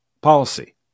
policy